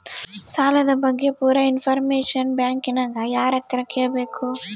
ಸಾಲದ ಬಗ್ಗೆ ಪೂರ ಇಂಫಾರ್ಮೇಷನ ಬ್ಯಾಂಕಿನ್ಯಾಗ ಯಾರತ್ರ ಕೇಳಬೇಕು?